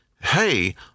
Hey